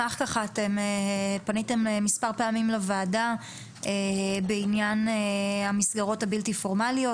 אתם פניתם מספר פעמים לוועדה בעניין המסגרות הבלתי-פורמליות.